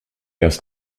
erst